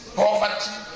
poverty